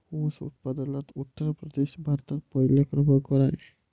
ऊस उत्पादनात उत्तर प्रदेश भारतात पहिल्या क्रमांकावर आहे